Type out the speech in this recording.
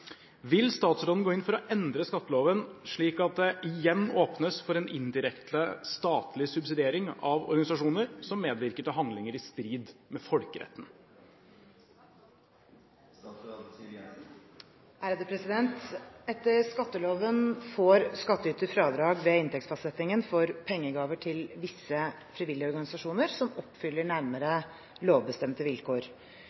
Vil statsråden gå inn for å endre skatteloven slik at det åpnes for en indirekte statlig subsidiering av organisasjoner som medvirker til handlinger i strid med folkeretten?» Etter skatteloven får skattyter fradrag ved inntektsfastsettingen for pengegaver til visse frivillige organisasjoner som oppfyller nærmere